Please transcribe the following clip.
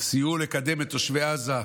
סייעו לקדם את תושבי עזה.